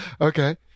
Okay